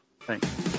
thanks